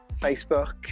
Facebook